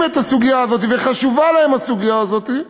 את הסוגיה הזאת וחשובה להם הסוגיה הזאת,